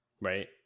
right